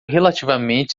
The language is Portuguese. relativamente